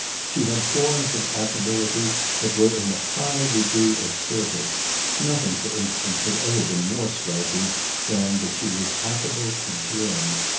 she had forms of affability that were in a high degree assertive nothing for instance had ever been more striking than that she was affable to jim.